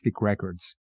Records